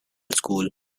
school